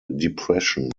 depression